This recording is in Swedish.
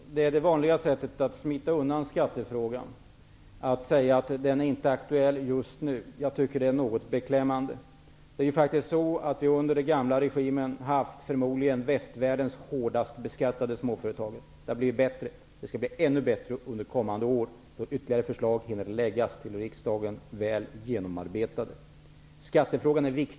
Herr talman! Det vanliga sättet att smita undan skattefrågan är att säga att den inte är aktuell just nu. Jag tycker att det är något beklämmande. Under den gamla regimen har vi ju haft västvärldens förmodligen hårdast beskattade småföretag. Det har blivit bättre nu, och det skall under kommande år bli ännu bättre. Då kommer ytterligare, väl genomarbetade förslag att läggas fram i riksdagen.